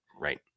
Right